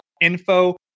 info